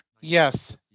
yes